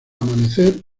amanecer